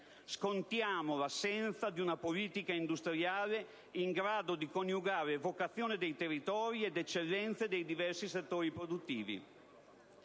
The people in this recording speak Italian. Scontiamo l'assenza di una politica industriale in grado di coniugare vocazione dei territori ed eccellenze dei diversi settori produttivi